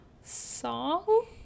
song